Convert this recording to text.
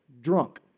drunk